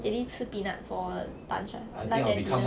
一定吃 peanut for lunch ah lunch then dinner